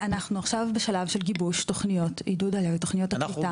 אנחנו עכשיו בשלב של גיבוש תוכניות עידוד עלייה ותוכניות הקליטה.